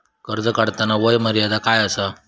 कर्ज काढताना वय मर्यादा काय आसा?